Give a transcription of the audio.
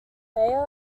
mayor